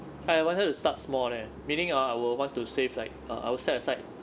I wanted to start small leh meaning ah I will want to save like err I will set aside